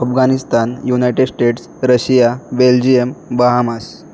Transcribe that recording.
Afghanistan United States Russia Belgium Bahamas